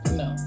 no